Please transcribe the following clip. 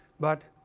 but